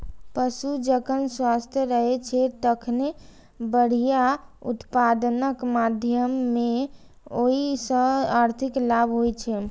पशु जखन स्वस्थ रहै छै, तखने बढ़िया उत्पादनक माध्यमे ओइ सं आर्थिक लाभ होइ छै